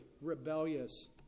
rebellious